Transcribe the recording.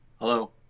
Hello